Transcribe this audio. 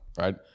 Right